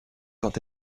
quand